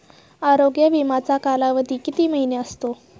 आरोग्य विमाचा कालावधी किती महिने असतो?